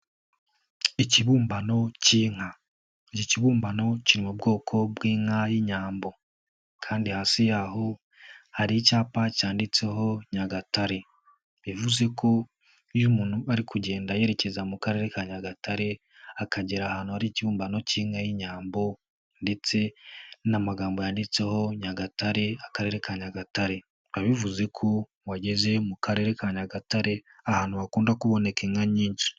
Ikibumbano k'inka, iki kibumbano kiri mu bwoko bw'inka y'inyambo kandi hasi y'aho hari icyapa cyanditseho Nyagatare, bivuze ko iyo umuntu ari kugenda yerekeza mu Karere ka Nyagatare akagera ahantu hari ikibumbano k'inka y'inyambo ndetse n'amagambo yanditseho Nyagatare, Akarere ka Nyagatare biba bivuze ko wageze mu Karere ka Nyagatare, ahantu hakunda kuboneka inka nyinshi.